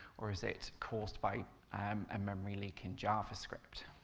or is it caused by um a memory leak in javascript?